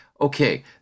okay